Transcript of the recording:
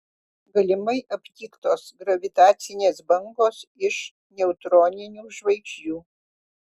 galimai aptiktos gravitacinės bangos iš neutroninių žvaigždžių